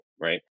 right